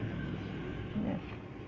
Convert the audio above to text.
ya